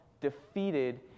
defeated